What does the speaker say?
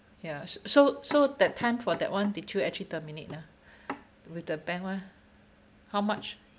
ya so so that time for that one did you actually terminate ah with the bank one how much